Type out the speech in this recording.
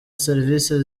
serivisi